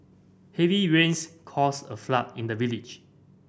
heavy rains caused a flood in the village